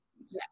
Yes